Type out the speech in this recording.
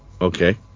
okay